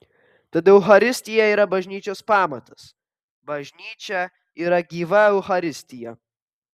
tad eucharistija yra bažnyčios pamatas bažnyčia yra gyva eucharistija